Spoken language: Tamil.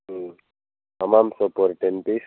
ம் ஹமாம் சோப் ஒரு டென் பீஸ்